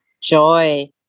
joy